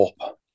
up